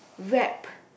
wrap